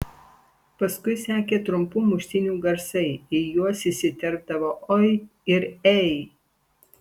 paskui sekė trumpų muštynių garsai į juos įsiterpdavo oi ir ei